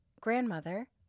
grandmother